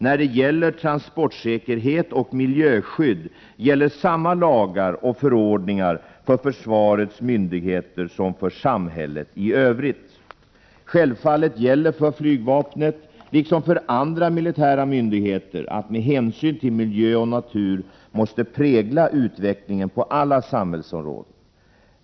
När det gäller transportsäkerhet och miljöskydd gäller samma lagar och förordningar för försvarets myndigheter som för samhället i övrigt. Självfallet gäller för flygvapnet, liksom för andra militära myndigheter, att hänsyn till miljö och natur måste prägla utvecklingen på alla samhällsområden.